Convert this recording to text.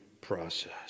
process